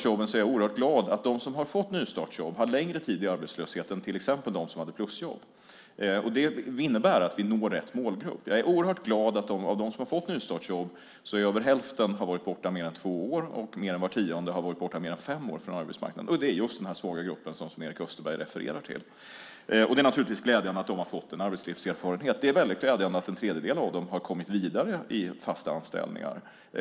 Jag är oerhört glad att de som har fått nystartsjobb har längre tid i arbetslöshet än till exempel de som hade plusjobb. Det innebär att vi når rätt målgrupp. Jag är oerhört glad att av dem som har fått nystartsjobb har mer än hälften varit borta från arbetsmarknaden mer än två år och mer än var tionde har varit borta mer än fem år. Det är just den svaga grupp som Sven-Erik Österberg refererar till. Det är naturligtvis glädjande att de har fått en arbetslivserfarenhet. Det är väldigt glädjande att en tredjedel av dem har kommit vidare i fasta anställningar.